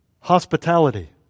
Hospitality